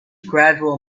gradual